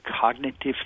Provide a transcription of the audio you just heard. cognitive